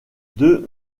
deux